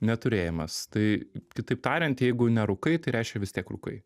neturėjimas tai kitaip tariant jeigu nerūkai tai reiškia vis tiek rūkai